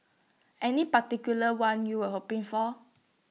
any particular one you were hoping for